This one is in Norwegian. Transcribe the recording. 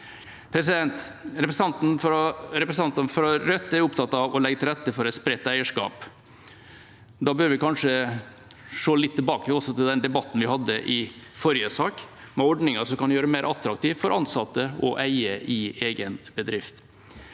renter. Representantene fra Rødt er opptatt av å legge til rette for et spredt eierskap. Da bør vi kanskje også se litt tilbake til den debatten vi hadde i forrige sak, med ordninger som kan gjøre det mer attraktivt for ansatte å eie i egen bedrift.